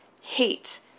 hate